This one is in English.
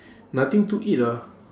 nothing to eat ah